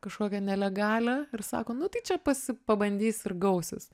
kažkokią nelegalią ir sako nu tai čia pasi pabandysi ir gausis